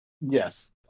Yes